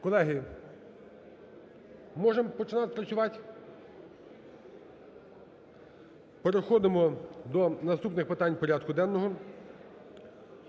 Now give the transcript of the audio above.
Колеги, можем починати працювати. Переходимо до наступних питань порядку денного.